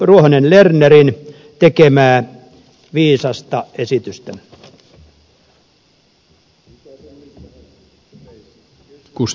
ruohonen lernerin tekemää viisasta esitystä